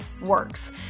works